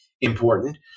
important